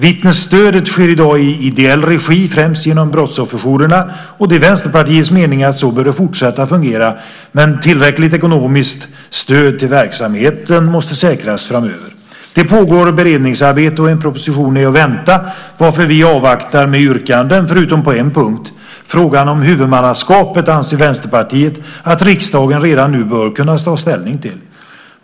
Vittnesstödet sker i dag i ideell regi, främst genom brottsofferjourerna, och det är Vänsterpartiets mening att så bör det fortsätta fungera, men tillräckligt ekonomiskt stöd till verksamheten måste säkras framöver. Det pågår beredningsarbete, och en proposition är att vänta, varför vi avvaktar med yrkanden förutom på en punkt. Frågan om huvudmannaskapet anser Vänsterpartiet att riksdagen redan nu bör kunna ta ställning till.